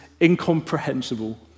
incomprehensible